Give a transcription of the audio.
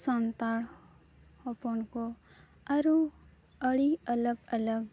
ᱥᱟᱱᱛᱟᱲ ᱦᱚᱯᱚᱱᱠᱚ ᱟᱹᱨᱩ ᱟᱹᱰᱤ ᱟᱞᱟᱜᱽᱼᱟᱞᱟᱜᱽ